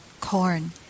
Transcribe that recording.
corn